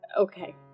Okay